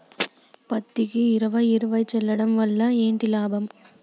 పత్తికి ఇరవై ఇరవై చల్లడం వల్ల ఏంటి లాభం?